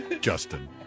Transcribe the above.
Justin